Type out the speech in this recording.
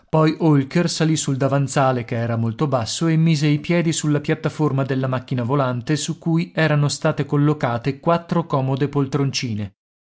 poi holker salì sul davanzale che era molto basso e mise i piedi sulla piattaforma della macchina volante su cui erano state collocate quattro comode poltroncine